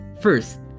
First